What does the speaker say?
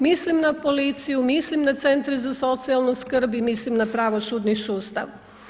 Mislim na policiju, mislim na centre za socijalnu skrb i mislim na pravosudni sustav.